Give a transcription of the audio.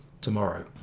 tomorrow